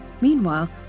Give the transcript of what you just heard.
Meanwhile